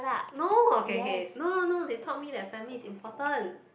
no K K no no they taught me that family is important